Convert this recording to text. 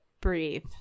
breathe